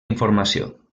informació